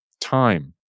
time